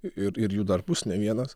ir ir jų dar bus ne vienas